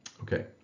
Okay